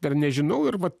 dar nežinau ir va